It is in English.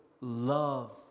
love